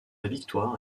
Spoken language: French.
victoire